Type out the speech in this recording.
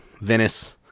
Venice